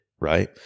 right